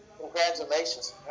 congratulations